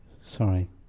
Sorry